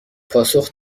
پاسخ